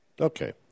Okay